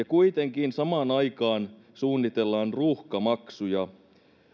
kuitenkin samaan aikaan suunnitellaan ruuhkamaksuja